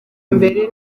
mbere